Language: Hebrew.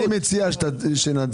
אני מציע שנצביע,